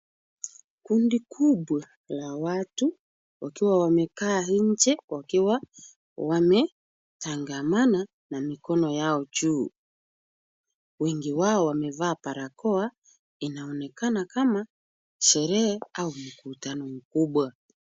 Kundi kubwa la watu, wakiwa wamekaa nje wakiwa wametangamana na mikono yao juu. Wengi wao wamevaa barakoa, inaonekana kama sherehe au mkutano mkubwa.